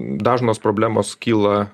dažnos problemos kyla